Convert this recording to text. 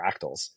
fractals